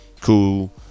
cool